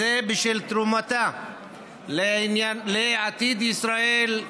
וזה בשל תרומתה לעתיד ישראל,